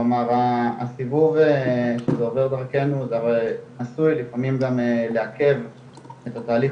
כלומר הסיבוב שזה עובר דרכנו עשוי לפעמים גם לעכב את התהליך,